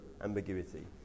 ambiguity